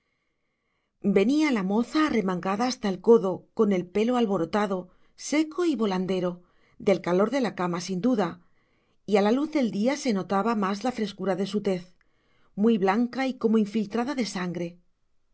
venía la moza arremangada hasta el codo con el pelo alborotado seco y volandero del calor de la cama sin duda y a la luz del día se notaba más la frescura de su tez muy blanca y como infiltrada de sangre